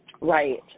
Right